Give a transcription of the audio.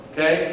Okay